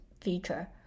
feature